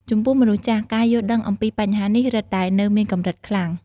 ចំពោះមនុស្សចាស់ ការយល់ដឹងអំពីបញ្ហានេះរឹតតែនៅមានកម្រិតខ្លាំង។